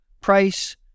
price